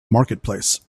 marketplace